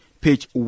page